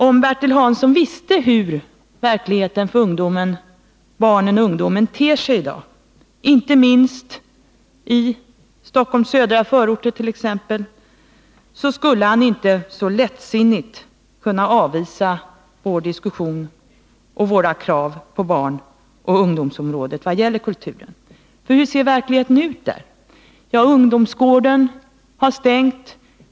Om Bertil Hansson visste hur verkligheten för barnen och ungdomen ter sig i dag, inte minst i t.ex. Stockholms södra förorter, skulle han inte så lättsinnigt kunna avvisa vår diskussion och våra krav på barnoch ungdomsområdet vad gäller kulturen. Hur ser då verkligheten ut på det området? Ungdomsgårdarna har stängt.